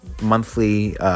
monthly